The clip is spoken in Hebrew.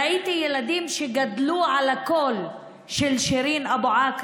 ראיתי ילדים שגדלו על הקול של שירין אבו עאקלה